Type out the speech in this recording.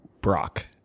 Brock